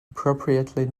appropriately